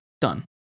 done